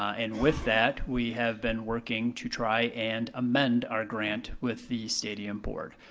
and with that, we have been working to try and amend our grant with the stadium board.